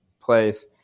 place